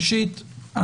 ראשית,